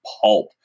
pulp